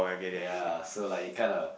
yea so like this kinda